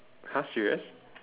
!huh! serious